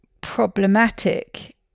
problematic